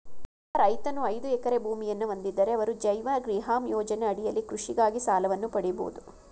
ಒಬ್ಬ ರೈತನು ಐದು ಎಕರೆ ಭೂಮಿಯನ್ನ ಹೊಂದಿದ್ದರೆ ಅವರು ಜೈವ ಗ್ರಿಹಮ್ ಯೋಜನೆ ಅಡಿಯಲ್ಲಿ ಕೃಷಿಗಾಗಿ ಸಾಲವನ್ನು ಪಡಿಬೋದು